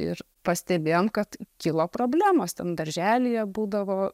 ir pastebėjom kad kilo problemos ten darželyje būdavo